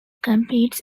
competes